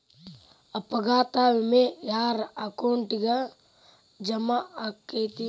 ಅಪಘಾತ ವಿಮೆ ಯಾರ್ ಅಕೌಂಟಿಗ್ ಜಮಾ ಆಕ್ಕತೇ?